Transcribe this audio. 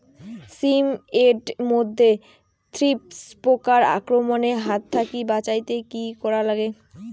শিম এট মধ্যে থ্রিপ্স পোকার আক্রমণের হাত থাকি বাঁচাইতে কি করা লাগে?